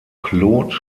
claude